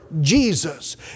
Jesus